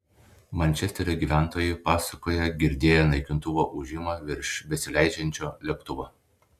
mančesterio gyventojai pasakoja girdėję naikintuvo ūžimą virš besileidžiančio lėktuvo